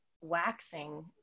waxing